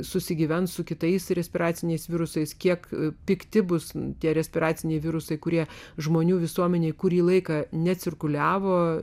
susigyventi su kitais respiraciniais virusais kiek pikti bus tie respiraciniai virusai kurie žmonių visuomenėje kurį laiką necirkuliavo